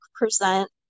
present